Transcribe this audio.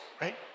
Right